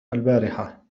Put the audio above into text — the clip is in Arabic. البارحة